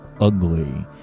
ugly